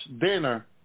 dinner